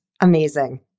Amazing